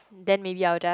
then maybe I will just